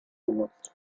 genutzt